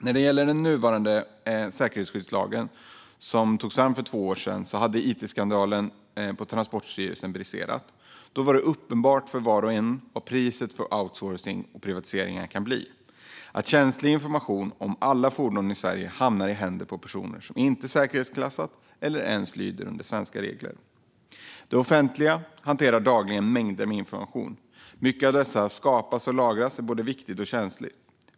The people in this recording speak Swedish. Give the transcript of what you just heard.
När den nuvarande säkerhetsskyddslagen togs fram för två år sedan hade it-skandalen på Transportstyrelsen briserat. Då var det uppenbart för var och en vad priset för outsourcing och privatiseringar kan bli, att känslig information om alla fordon i Sverige hamnar i händerna på personer som inte är säkerhetsklassade eller ens lyder under svenska regler. Det offentliga hanterar dagligen mängder av information. Mycket av det som skapas och lagras är både viktigt och känsligt.